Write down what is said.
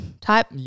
type